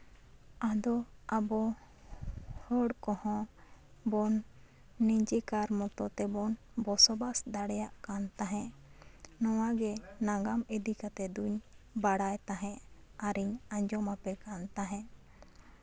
ᱟᱫᱚ ᱟᱵᱚ ᱦᱚᱲ ᱠᱚᱦᱚᱸ ᱵᱚᱱ ᱱᱤᱡᱮᱠᱟᱨ ᱢᱚᱛᱚ ᱛᱮᱵᱚᱱ ᱵᱚᱥᱚᱵᱟᱥ ᱫᱟᱲᱮᱭᱟᱜ ᱠᱟᱱ ᱛᱟᱦᱮᱸᱜ ᱱᱚᱣᱟᱜᱮ ᱱᱟᱜᱟᱢ ᱤᱫᱤ ᱠᱟᱛᱮᱜ ᱫᱩᱧ ᱵᱟᱲᱟᱭ ᱛᱟᱦᱮᱸᱜ ᱟᱨᱤᱧ ᱟᱸᱡᱚᱢ ᱟᱯᱮ ᱠᱟᱱ ᱛᱟᱦᱮᱸᱜ